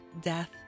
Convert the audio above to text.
death